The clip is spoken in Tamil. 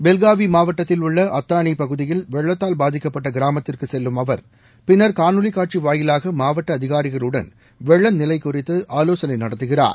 பெல்காவி மாவட்டத்தில் உள்ள அத்தானி பகுதியில் வெள்ளத்தால் பாதிக்கப்பட்ட கிராமத்திற்கு செல்லும் அவர் பின்னர் காணொலிக்காட்சி வாயிலாக மாவட்ட அதிகாரிகளுடன் வெள்ளநிலை குறித்து ஆலோசளை நடத்துகிறார்